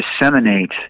disseminate